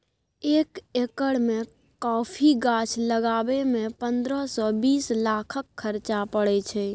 एक एकर मे कॉफी गाछ लगाबय मे पंद्रह सँ बीस लाखक खरचा परय छै